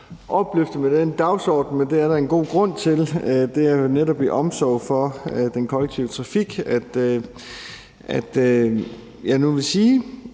opløftede med den dagsorden, men det er der en god grund til. For det er jo netop i en omsorg for den kollektive trafik, at jeg nu vil sige,